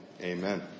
amen